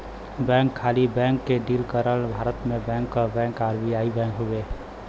bank खाली bank क deal करलन भारत में बैंक क बैंक आर.बी.आई हउवे